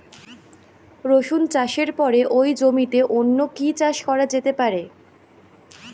রসুন চাষের পরে ওই জমিতে অন্য কি চাষ করা যেতে পারে?